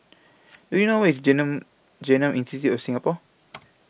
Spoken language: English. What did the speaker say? Do YOU know Where IS Genome Institute of Singapore